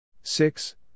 six